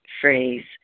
phrase